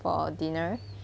for dinner